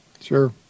Sure